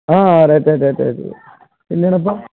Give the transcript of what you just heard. ಹಾಂ ಆಯ್ತು ಆಯ್ತು ಆಯ್ತು ಆಯಿತು ಇನ್ನೇನಪ್ಪ